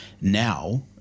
now